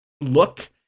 look